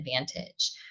advantage